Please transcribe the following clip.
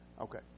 Okay